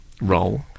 role